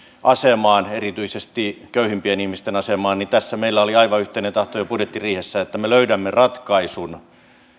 asemaan erityisesti köyhimpien ihmisten asemaan niin tässä meillä oli aivan yhteinen tahto jo budjettiriihessä että me löydämme ratkaisun